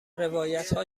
روایتها